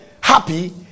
happy